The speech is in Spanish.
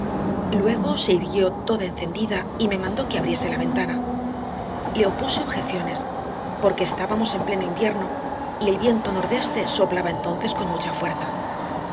luego se irguió toda encendida y me mandó que abriese la ventana le opuse objeciones porque estábamos en pleno invierno y el viento nordeste soplaba entonces con mucha fuerza